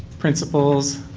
principals,